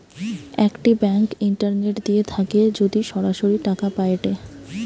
একটি bank internet দিয়ে থাকে যদি সরাসরি টাকা পায়েটে